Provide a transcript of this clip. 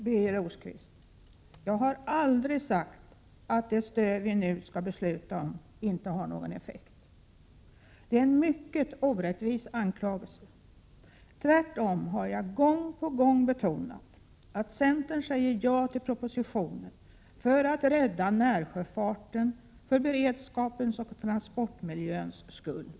Herr talman! Jag har, Birger Rosqvist, aldrig sagt att det stöd vi nu skall fatta beslut om inte kommer att ha någon effekt. Det är en mycket orättvis anklagelse. Tvärtom har jag gång på gång betonat att centern säger ja till propositionen — för att rädda närsjöfarten och för bl.a. beredskapens och transportmiljöns skull.